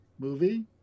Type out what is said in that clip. movie